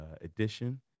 edition